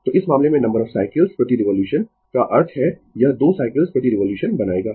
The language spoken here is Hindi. तो इस मामले में नंबर ऑफ साइकल्स प्रति रिवोल्यूशन का अर्थ है यह 2 साइकल्स प्रति रिवोल्यूशन बनायेगा